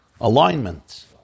alignment